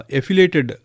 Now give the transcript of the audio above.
Affiliated